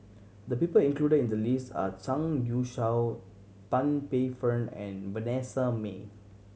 the people included in the list are Zhang Youshuo Tan Paey Fern and Vanessa Mae